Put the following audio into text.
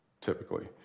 typically